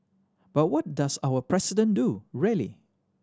but what does our President do really